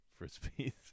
frisbees